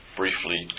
briefly